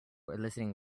eliciting